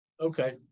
Okay